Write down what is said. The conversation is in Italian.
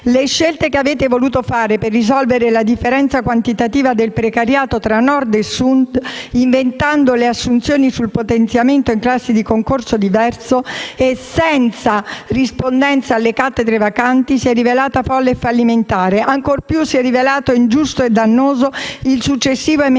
Le scelte che avete voluto fare per risolvere la differenza quantitativa del precariato tra Nord e Sud, inventando le assunzioni sul potenziamento in classi di concorso diverse e senza rispondenza alle cattedre vacanti, si sono rivelate fallimentari. Ancor più si è rivelato ingiusto e dannoso il successivo emendamento